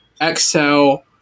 Excel